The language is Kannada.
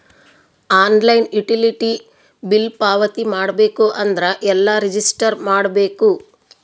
ಆನ್ಲೈನ್ ಯುಟಿಲಿಟಿ ಬಿಲ್ ಪಾವತಿ ಮಾಡಬೇಕು ಅಂದ್ರ ಎಲ್ಲ ರಜಿಸ್ಟರ್ ಮಾಡ್ಬೇಕು?